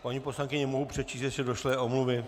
Paní poslankyně, mohu přečíst ještě došlé omluvy?